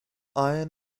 iron